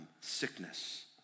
Sickness